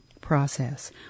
process